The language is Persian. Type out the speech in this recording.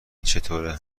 چطوره